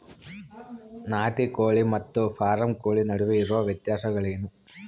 ನಾಟಿ ಕೋಳಿ ಮತ್ತು ಫಾರಂ ಕೋಳಿ ನಡುವೆ ಇರುವ ವ್ಯತ್ಯಾಸಗಳೇನು?